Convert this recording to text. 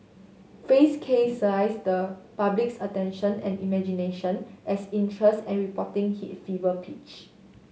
fay's case seized the public's attention and imagination as interest and reporting hit fever pitch